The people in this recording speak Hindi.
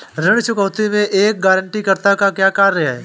ऋण चुकौती में एक गारंटीकर्ता का क्या कार्य है?